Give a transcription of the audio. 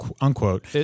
unquote